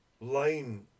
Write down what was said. line